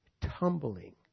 tumbling